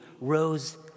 rose